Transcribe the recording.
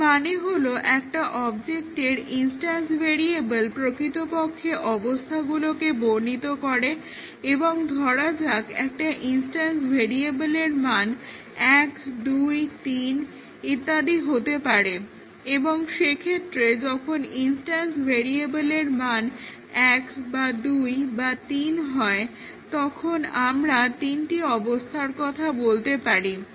এর মানে হলো একটা অবজেক্টের ইনস্টান্স ভেরিয়াবল প্রকৃতপক্ষে অবস্থাগুলোকে বর্ণিত করে এবং ধরা যাক একটা ইনস্টান্স ভেরিয়েবলের মান 1 2 3 ইত্যাদি হতে পারে এবং সেক্ষেত্রে যখন ইনস্টান্স ভেরিয়াবলের মান 1 বা 2 বা 3 হয় তখন আমরা তিনটি অবস্থার কথা বলতে পারি